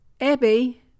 Abby